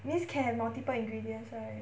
means can have multiple ingredients right